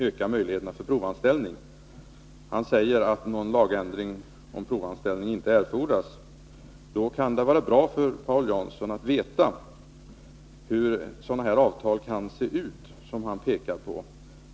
Han säger också att det inte erfordras någon lagändring om provanställning. Då kan det vara bra för Paul Jansson att veta hur sådana avtal som han pekar på kan se ut.